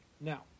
now